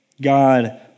God